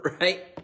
Right